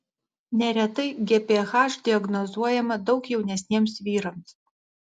neretai gph diagnozuojama daug jaunesniems vyrams